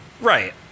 Right